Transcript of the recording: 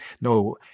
no